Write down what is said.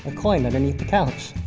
coin underneath the couch.